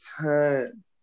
time